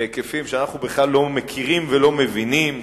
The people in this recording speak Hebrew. בהיקפים שאנחנו בכלל לא מכירים ולא מבינים,